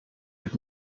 wird